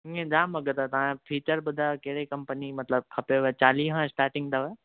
इएं जाम अघ अथव तव्हां जा फ़ीचर ॿुधायो कहिड़ी कंपनी मतिलब खपेव चालीहें खां स्टार्टिंग अथव